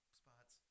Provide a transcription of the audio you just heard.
spots